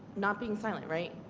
not being silent, light,